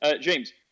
James